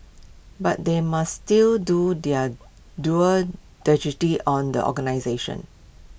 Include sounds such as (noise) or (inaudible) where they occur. but they must still do their due (unintelligible) on the organisations